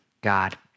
God